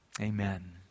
Amen